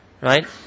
right